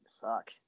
fuck